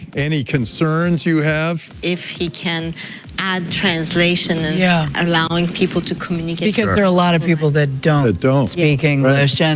any concerns you have? if he can add translation. yeah. allowing people to communicate. because there's a lot of people that don't don't speak english. that don't.